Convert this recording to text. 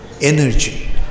energy